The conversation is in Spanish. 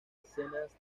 escenas